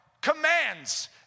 commands